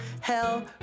Hell